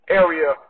area